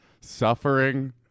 suffering